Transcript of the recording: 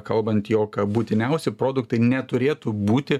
kalbant jog būtiniausi produktai neturėtų būti